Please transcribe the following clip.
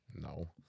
No